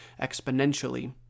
exponentially